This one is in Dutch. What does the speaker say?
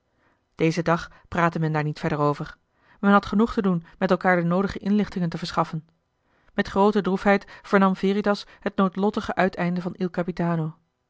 dezen dag praatte men daar niet verder over men had genoeg te doen met elkaar de noodige inlichtingen te verschaffen met groote droefheid vernam veritas het noodlottige uiteinde van il capitano